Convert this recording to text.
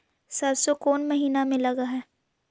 सरसों कोन महिना में लग है?